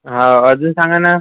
हो अजून सांगा ना